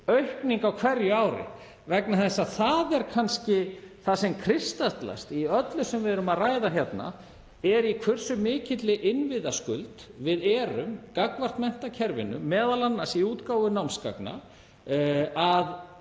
aukning á hverju ári vegna þess að það sem kannski kristallast í öllu sem við erum að ræða hérna er í hversu mikilli innviðaskuld við erum gagnvart menntakerfinu, m.a. í útgáfu námsgagna.